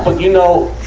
but you know,